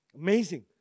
Amazing